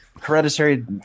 hereditary